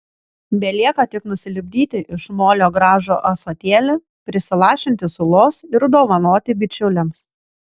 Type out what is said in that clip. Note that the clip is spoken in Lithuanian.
belieka tik nusilipdyti iš molio gražų ąsotėlį prisilašinti sulos ir dovanoti bičiuliams